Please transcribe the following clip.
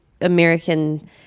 American